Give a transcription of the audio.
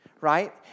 right